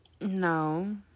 No